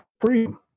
freedom